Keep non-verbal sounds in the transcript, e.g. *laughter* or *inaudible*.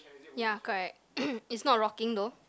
ya correct *coughs* it's not rocking though